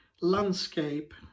landscape